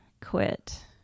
quit